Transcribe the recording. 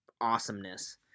awesomeness